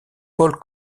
paul